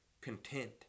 content